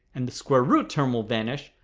and the square root term will vanish,